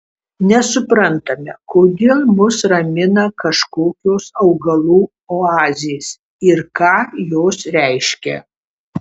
nesuprantame kodėl mus ramina kažkokios augalų oazės ir ką jos reiškia